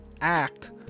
act